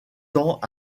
tant